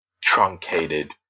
truncated